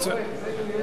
אדוני היושב-ראש.